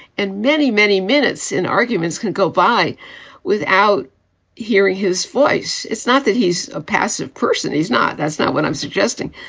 and many, many minutes in arguments can go by without hearing his voice. it's not that he's a passive person. he's not. that's not what i'm suggesting.